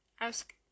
ask